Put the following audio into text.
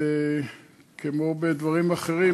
כמו בדברים אחרים,